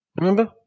remember